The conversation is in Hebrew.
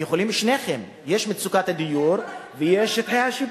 יכולים שניכם, יש מצוקת הדיור ויש שטחי השיפוט.